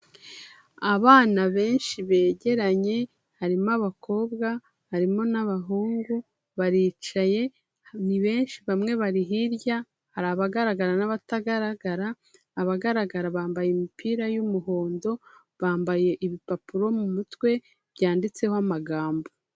Abana benshi begeranye harimo abakobwa harimo n'abahungu baricaye, ni benshi bamwe bari hirya hari abagaragara n'abatagaragara, abagaragara bambaye imipira y'umuhondo bambaye ibipapuro mu mutwe byanditseho amagambo.